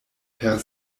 per